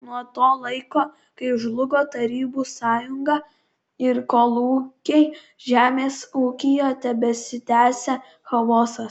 nuo to laiko kai žlugo tarybų sąjunga ir kolūkiai žemės ūkyje tebesitęsia chaosas